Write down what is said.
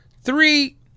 Three